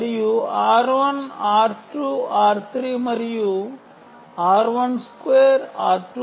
మరియు r1r2 r3 మరియు r1 2 r2 2 r3 2 పొందవచ్చు